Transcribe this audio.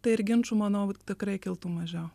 tai ir ginčų manau tikrai kiltų mažiau